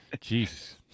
Jesus